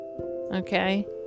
Okay